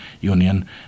Union